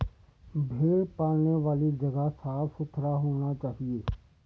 भेड़ पालने वाली जगह साफ सुथरा होना चाहिए